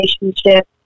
relationship